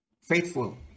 Faithful